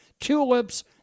tulips